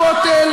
קודם כול,